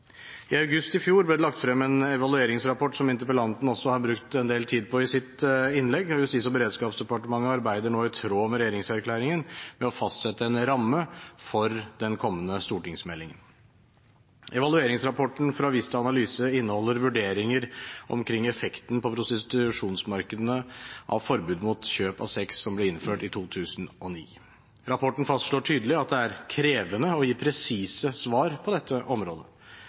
I august i fjor ble det lagt frem en evalueringsrapport, som også interpellanten har brukt en del tid på i sitt innlegg, og Justis- og beredskapsdepartementet arbeider nå – i tråd med regjeringserklæringen – med å fastsette en ramme for den kommende stortingsmeldingen. Evalueringsrapporten fra Vista Analyse inneholder vurderinger omkring effekten på prostitusjonsmarkedene av forbudet mot kjøp av sex, som ble innført i 2009. Rapporten fastslår tydelig at det er krevende å gi presise svar på dette området.